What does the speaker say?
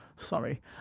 Sorry